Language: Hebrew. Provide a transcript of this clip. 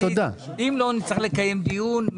נצטרך לקיים דיון.